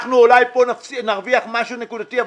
אנחנו אולי פה הרוויח משהו נקודתי,